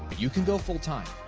you can go full-time.